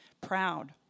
proud